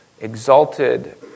exalted